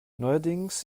neuerdings